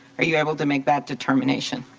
are you able to make that determination?